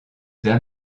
d’un